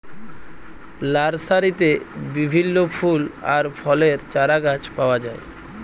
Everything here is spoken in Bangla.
লার্সারিতে বিভিল্য ফুল আর ফলের চারাগাছ পাওয়া যায়